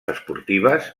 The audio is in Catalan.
esportives